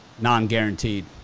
Non-guaranteed